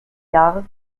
jahr